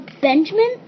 Benjamin